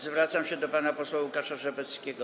Zwracam się do pana posła Łukasza Rzepeckiego.